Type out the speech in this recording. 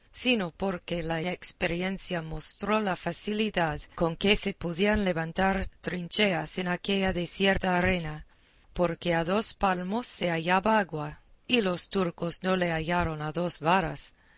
sino porque la experiencia mostró la facilidad con que se podían levantar trincheas en aquella desierta arena porque a dos palmos se hallaba agua y los turcos no la hallaron a dos varas